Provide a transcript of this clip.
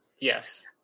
Yes